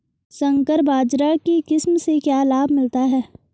संकर बाजरा की किस्म से क्या लाभ मिलता है?